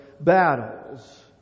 battles